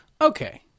Okay